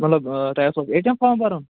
مطلب تۄہہِ آسہِ وٕ حظ اے ٹی اٮ۪م فارم بَرُن